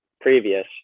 previous